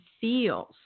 feels